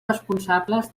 responsables